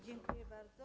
Dziękuję bardzo.